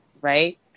Right